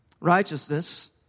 Righteousness